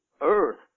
Earth